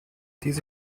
diese